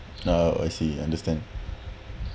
now I see understand